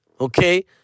okay